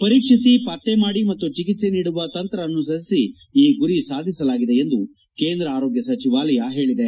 ಪರೀಕ್ಷಿಸಿ ಪತ್ತೆ ಮಾಡಿ ಮತ್ತು ಚಿಕಿತ್ತೆ ನೀಡುವ ತಂತ್ರ ಅನುಸರಿಸಿ ಈ ಗುರಿ ಸಾಧಿಸಲಾಗಿದೆ ಎಂದು ಕೇಂದ್ರ ಆರೋಗ್ಯ ಸಚಿವಾಲಯ ಹೇಳಿದೆ